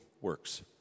works